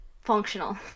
functional